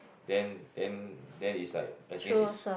then then then is like it's against his